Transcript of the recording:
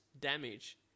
damage